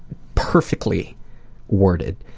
perfectly worded.